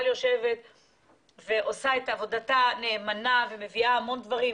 היא עושה את עבודתה נאמנה והיא מביאה המון דברים.